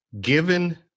Given